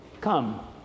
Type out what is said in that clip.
Come